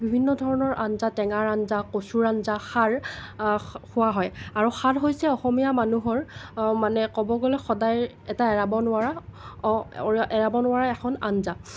বিভিন্ন ধৰণৰ আঞ্জা টেঙাৰ আঞ্জা কচুৰ আঞ্জা খাৰ খোৱা হয় আৰু খাৰ হৈছে অসমীয়া মানুহৰ মানে ক'ব গ'লে সদায় এটা এৰাব নোৱাৰা এৰাব নোৱাৰা এখন আঞ্জা